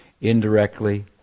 Indirectly